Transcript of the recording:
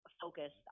focused